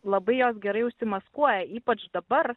labai jos gerai užsimaskuoja ypač dabar